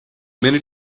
many